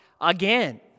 again